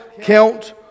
count